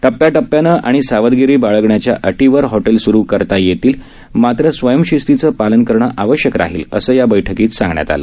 टप्प्याटप्प्याने आणि सावधगिरी बाळगण्याच्या अटीवर हॉटेल्स सुरु करता येतील मात्र स्वयंशिस्तीचं पालन करणं आवश्यक राहील असं या बैठकीत सांगण्यात आलं